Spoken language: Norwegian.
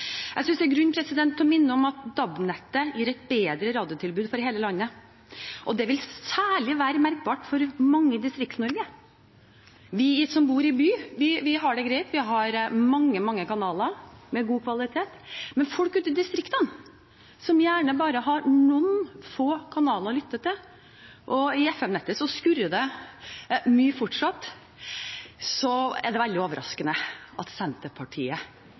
Jeg synes det er grunn til å minne om at DAB-nettet gir et bedre radiotilbud til hele landet, og det vil særlig være merkbart for mange i Distrikts-Norge. Vi som bor i by, har det greit. Vi har mange kanaler med god kvalitet, mens folk ute i distriktene gjerne bare har noen få kanaler å lytte til, og i FM-nettet skurrer det mye fortsatt. Derfor er det veldig overraskende at Senterpartiet